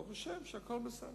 וברוך השם, הכול בסדר.